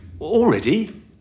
Already